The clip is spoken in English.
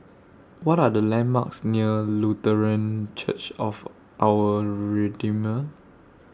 What Are The landmarks near Lutheran Church of Our Redeemer